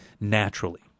naturally